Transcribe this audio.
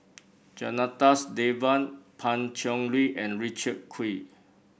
Janadas Devan Pan Cheng Lui and Richard Kee